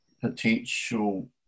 Potential